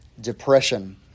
depression